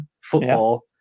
football